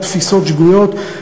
ותפיסות שגויות,